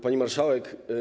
Pani Marszałek!